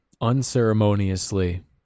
Unceremoniously